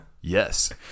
Yes